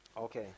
okay